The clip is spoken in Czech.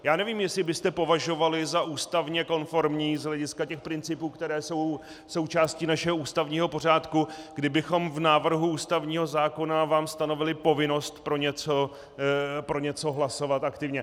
Já nevím, jestli byste považovali za ústavně konformní z hlediska těch principů, které jsou součástí našeho ústavního pořádku, kdybychom vám v návrhu ústavního zákona stanovili povinnost pro něco hlasovat aktivně.